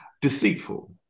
deceitful